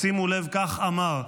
שימו לב, כך אמר: